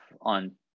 on